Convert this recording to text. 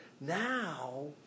Now